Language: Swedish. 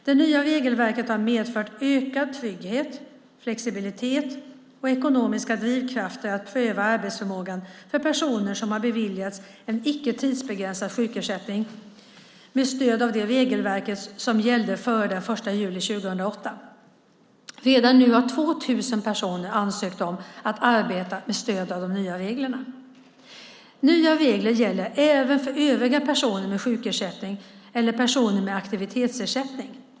Det nya regelverket har medfört ökad trygghet, flexibilitet och ekonomiska drivkrafter att pröva arbetsförmågan för personer som har beviljats en icke tidsbegränsad sjukersättning med stöd av det regelverk som gällde före den 1 juli 2008. Redan nu har 2 000 personer ansökt om att arbeta med stöd av de nya reglerna. Nya regler gäller även för övriga personer med sjukersättning eller personer med aktivitetsersättning.